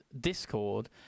Discord